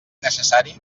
necessari